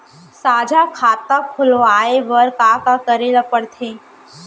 साझा खाता खोलवाये बर का का करे ल पढ़थे?